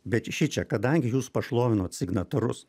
bet šičia kadangi jūs pašlovinot signatarus